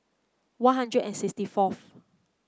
One Hundred and sixty fourth